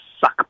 suck